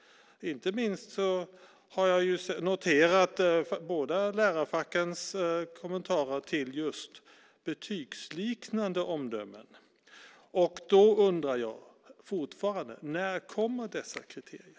Inte minst har jag noterat båda lärarfackens kommentarer till just betygsliknande omdömen. Jag undrar fortfarande: När kommer dessa kriterier?